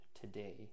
today